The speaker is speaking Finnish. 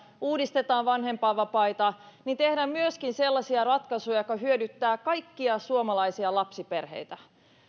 sekä uudistetaan vanhempainvapaita tehdään myöskin sellaisia ratkaisuja jotka hyödyttävät kaikkia suomalaisia lapsiperheitä